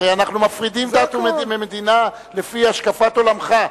הרי אנחנו מפרידים דת ממדינה לפי השקפת עולמך.